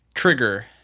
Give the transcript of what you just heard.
Trigger